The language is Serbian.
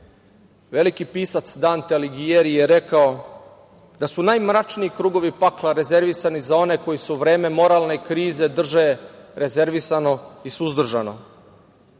Veliki pisac Dante Aligijeri je rekao da su najmračniji krugovi pakla rezervisani za one koji se u vreme moralne krize drže rezervisano i suzdržano. Kada